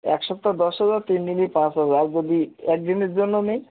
এক সপ্তাহ দশ হাজার তিন দিনে পাঁচ হাজার আর যদি এক দিনের জন্য নিই